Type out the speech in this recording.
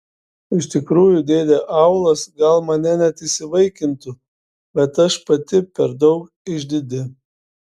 iš tikrųjų dėdė aulas gal mane net įsivaikintų bet aš pati per daug išdidi